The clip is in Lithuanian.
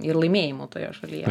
ir laimėjimų toje šalyje